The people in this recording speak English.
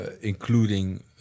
including